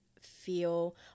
feel